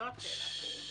זו השאלה.